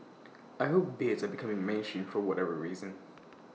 I hope beards are becoming mainstream for whatever reason